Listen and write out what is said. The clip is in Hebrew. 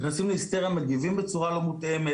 הם מיד נכנסים להיסטריה ומגיבים בצורה לא מותאמת